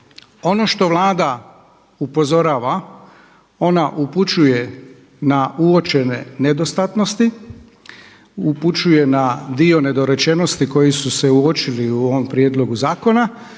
Ono što Vlada upozorava, ona upućuje na uočene nedostatnosti, upućuje na dio nedorečenosti koji su se uočili u ovom prijedlogu zakona